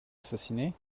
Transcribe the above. assassiné